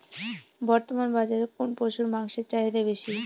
বর্তমান বাজারে কোন পশুর মাংসের চাহিদা বেশি?